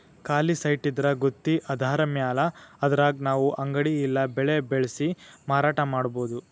ಖಾಲಿ ಸೈಟಿದ್ರಾ ಗುತ್ಗಿ ಆಧಾರದ್ಮ್ಯಾಲೆ ಅದ್ರಾಗ್ ನಾವು ಅಂಗಡಿ ಇಲ್ಲಾ ಬೆಳೆ ಬೆಳ್ಸಿ ಮಾರಾಟಾ ಮಾಡ್ಬೊದು